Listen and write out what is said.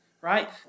right